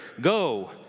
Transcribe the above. go